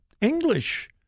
English